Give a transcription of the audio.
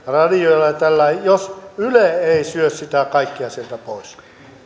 radiolle ja tällä lailla jos yle ei syö sitä kaikkea sieltä pois